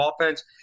offense